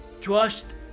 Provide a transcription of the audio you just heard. trust